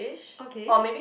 okay